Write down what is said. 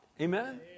Amen